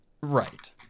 Right